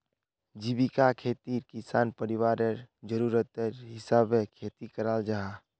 जीविका खेतित किसान परिवारर ज़रूराटर हिसाबे खेती कराल जाहा